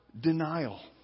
denial